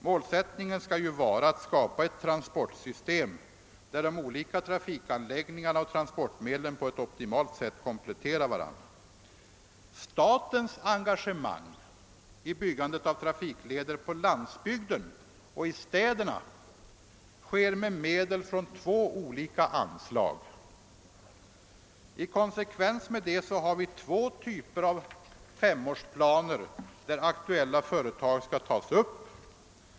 Målsättningen skall vara att skapa ett transportsystem där de olika transportanläggningarna och transportmedlen kompletterar varandra på ett optimalt sätt. Statens engagemang i byggandet av trafikleder på landsbygden och i städerna sker med medel från två olika anslag. I konsekvens härmed har vi två typer av femårsplaner, där aktuella projekt skall tas upp.